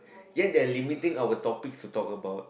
yet they're limiting our topics to talk about